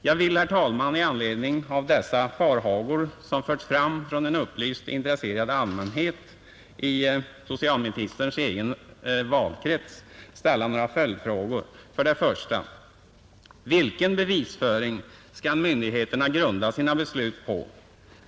Jag vill, herr talman, i anledning av dessa farhågor som förs fram av en upplyst och intresserad allmänhet i socialministerns egen valkrets ställa några följdfrågor till statsrådet: 1. Vilken bevisföring skall myndigheterna grunda sina beslut på?